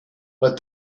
but